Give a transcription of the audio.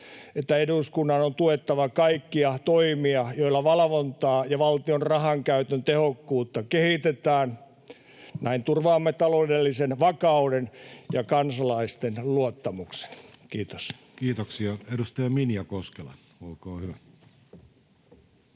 että eduskunnan on tuettava kaikkia toimia, joilla valvontaa ja valtion rahankäytön tehokkuutta kehitetään. Näin turvaamme taloudellisen vakauden ja kansalaisten luottamuksen. — Kiitos. [Speech 102] Speaker: